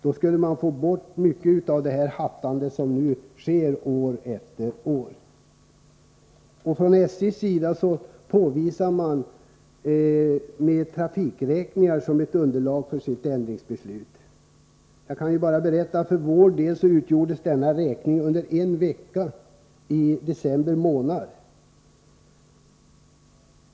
Då skulle man få bort mycket av det hattande som nu sker år efter år. Från SJ:s sida använder man trafikräkningar som underlag för sitt ändringsbeslut. Jag kan berätta att denna räkning för vår del gjordes under en vecka i december månad.